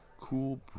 cool